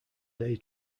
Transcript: day